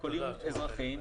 וכלים אזרחיים,